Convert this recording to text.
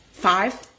Five